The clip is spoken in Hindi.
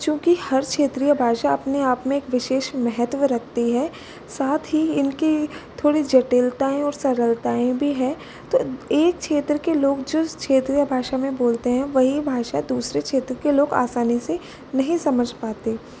और चूँकि हर क्षेत्रीय भाषा अपनी आप में एक विशेष महत्व रखती है साथ ही इनकी थोड़ी जटिलताएँ और सरलताएँ भी हैं तो एक क्षेत्र के लोग जो इस क्षेत्रीय भाषा में बोलते हैं वही भाषा दूसरे क्षेत्र के लोग आसानी से नहीं समझ पाते